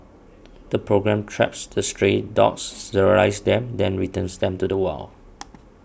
the programme traps the stray dogs sterilises them then returns them to the wild